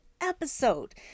episode